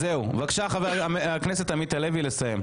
בבקשה, חבר הכנסת עמית הלוי, לסיים.